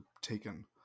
taken